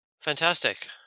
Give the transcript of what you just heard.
Fantastic